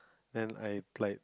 and I like